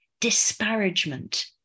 disparagement